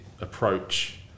approach